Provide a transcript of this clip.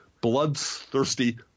bloodthirsty